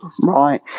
Right